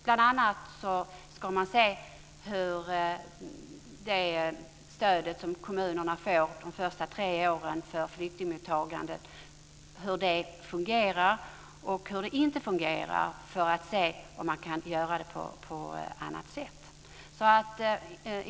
Bl.a. ska man se hur det stöd för flyktingmottagandet som kommunerna får de tre första åren fungerar och inte fungerar, för att se om det kan göras på annat sätt.